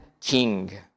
King